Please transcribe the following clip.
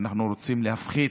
ואנחנו רוצים להפחית,